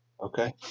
Okay